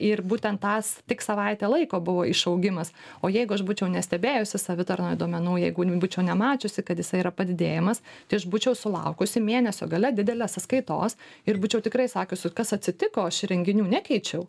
ir būtent tas tik savaitę laiko buvo išaugimas o jeigu aš būčiau nestebėjusi savitarnoj duomenų jeigu būčiau nemačiusi kad jisai yra padidėjimas tai aš būčiau sulaukusi mėnesio gale didelės sąskaitos ir būčiau tikrai sakiusi kas atsitiko aš įrenginių nekeičiau